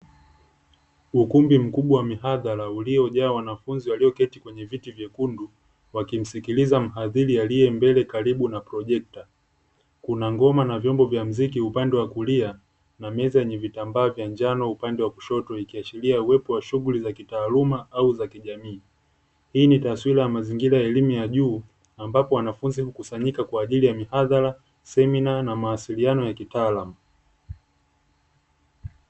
Ukumbi mkubwa wa mihadhara uliojaa wanafunzi walioketi kwenye viti vyekundu wakimsikiliza mhadhiri aliye mbele ya projekta. Kuna ngoma na vyombo vya mziki upande wa kulia, na meza yenye vitambaa vya njano upande wa kushoto, ikiashiria uwepo wa shughuli za kitaaluma au za jamii. Hii ni taswira ya mazingira ya elimu ya juu ambapo wanafunzi hukusanyika kwa ajili ya mihadhara, semina na mawasiliano ya kitaalamu.